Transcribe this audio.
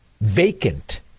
vacant